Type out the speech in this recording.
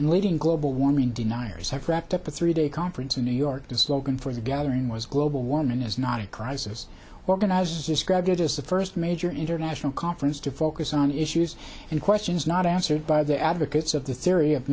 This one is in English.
and leading global warming deniers have wrapped up a three day conference in new york the slogan for the gathering was global warming is not a crisis organizers described it as the first major international conference to focus on issues and questions not answered by the advocates of the theory of